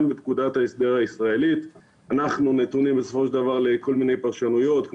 גם בפקודת ההסדר הישראלית אנחנו נתונים בסופו של דבר לכל מיני פרשנויות,